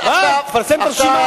תפרסם את הרשימה.